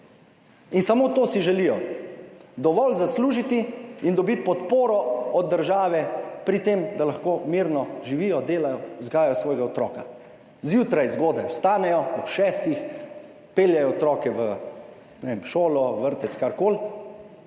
In samo to si želijo, dovolj zaslužiti in dobiti podporo od države pri tem, da lahko mirno živijo, delajo, vzgajajo svojega otroka. Zjutraj zgodaj vstanejo, ob šestih, peljejo otroke v, ne vem, šolo, vrtec, karkoli,